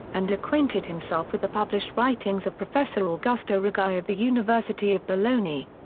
and acquainted himself with the published writings of professor augusto righi of the university of bologna.